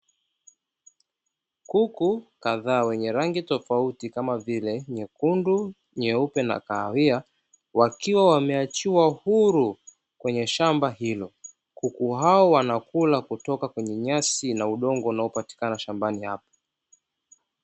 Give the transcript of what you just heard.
Kuku kadhaa wenye rangi tofauti, kama vile: nyekundu, nyeupe na kahawia; wakiwa wameachiwa huru kwenye shamba hilo. Kuku hao wanakula kutoka kwenye nyasi na udongo unaopatikana shambani hapo.